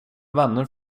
vänner